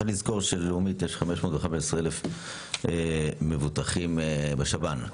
צריך לזכור שללאומית יש 515,000 מבוטחים בשב"ן,